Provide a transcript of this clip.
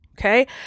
Okay